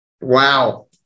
Wow